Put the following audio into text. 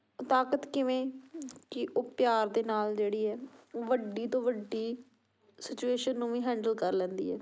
ਤਾਕਤ ਕਿਵੇਂ ਕਿ ਉਹ ਪਿਆਰ ਦੇ ਨਾਲ ਜਿਹੜੀ ਹੈ ਉਹ ਵੱਡੀ ਤੋਂ ਵੱਡੀ ਸਿਚੁਏਸ਼ਨ ਨੂੰ ਵੀ ਹੈਂਡਲ ਕਰ ਲੈਂਦੀ ਹੈ